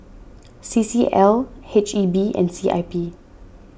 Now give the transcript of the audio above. C C L H E B and C I P